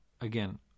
Again